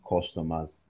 customers